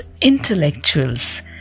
intellectuals